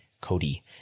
Cody